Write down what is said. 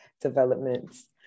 developments